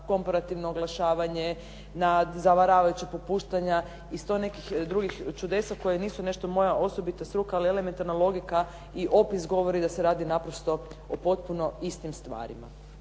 komparativno oglašavanje, na zavaravajuća popuštanja i sto nekih drugih čudesa koje nisu nešto moja osobita struka, ali elementarna logika i opis govori da se radi naprosto o potpuno istim stvarima.